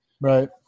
Right